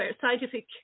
scientific